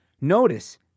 Notice